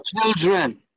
children